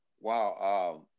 Wow